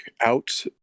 out